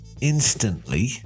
instantly